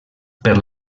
per